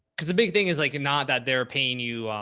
because the big thing is like, and not that they're paying you.